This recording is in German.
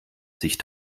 sich